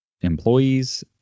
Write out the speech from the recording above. employees